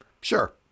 Sure